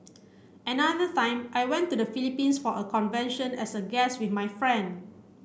another time I went to the Philippines for a convention as a guest with my friend